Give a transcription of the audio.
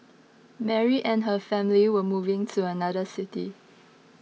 Mary and her family were moving to another city